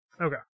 Okay